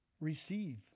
Receive